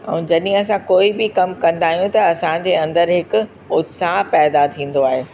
ऐं जॾहिं असां कोई बि कमु कंदा आहियूं त असांजे अंदरु हिकु उत्साह पैदा थींदो आहे